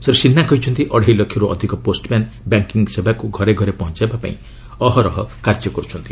ଶ୍ରୀ ସିହ୍ନା କହିଛନ୍ତି ଅଢେଇ ଲକ୍ଷରୁ ଅଧିକ ପୋଷ୍ଟମ୍ୟାନ ବ୍ୟାଙ୍କିଂ ସେବାକୁ ଘରେ ଘରେ ପହଞ୍ଚାଇବା ପାଇଁ ଅହରହ କାର୍ଯ୍ୟ କରୁଛନ୍ତି